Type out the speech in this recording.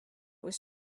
was